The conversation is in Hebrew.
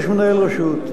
יש מנהל רשות,